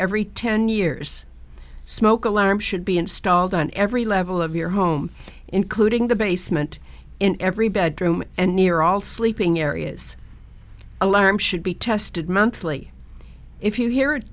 every ten years smoke alarms should be installed on every level of your home including the basement in every bedroom and near all sleeping areas alarm should be tested monthly if you hear it